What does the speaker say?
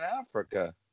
Africa